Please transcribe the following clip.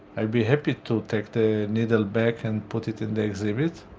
i'd be happy to take the needle back and put it in the exhibit.